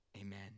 amen